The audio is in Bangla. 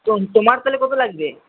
তোম তোমার তাহলে কত লাগবে